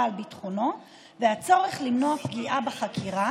על ביטחונו והצורך למנוע פגיעה בחקירה,